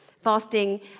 Fasting